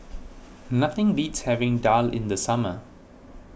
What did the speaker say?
nothing beats having Daal in the summer